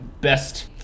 best